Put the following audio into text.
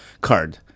card